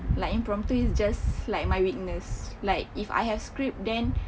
like impromptu is just like my weakness like if I have script then